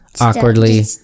Awkwardly